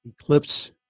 Eclipse